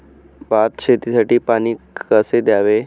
भात शेतीसाठी पाणी कसे द्यावे?